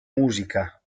musica